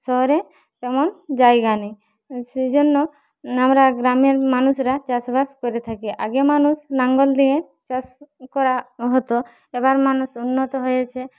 শহরে তেমন জায়গা নেই সেইজন্য আমরা গ্রামের মানুষরা চাষবাস করে থাকি আগে মানুষ লাঙল দিয়ে চাষ করা হত এবার মানুষ উন্নত হয়েছে